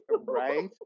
Right